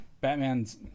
Batman's